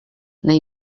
nahi